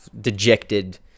dejected